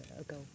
ago